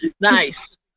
Nice